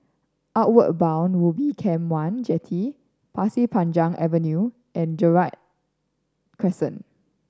Outward Bound Ubin Camp One Jetty Pasir Panjang Avenue and Gerald Crescent